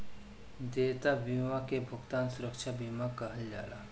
देयता बीमा के भुगतान सुरक्षा बीमा कहल जाला